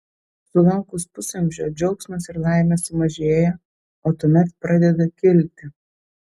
sulaukus pusamžio džiaugsmas ir laimė sumažėja o tuomet pradeda kilti